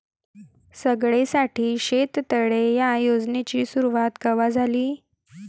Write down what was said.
सगळ्याइसाठी शेततळे ह्या योजनेची सुरुवात कवा झाली?